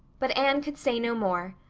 but anne could say no more.